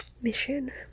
mission